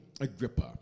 Agrippa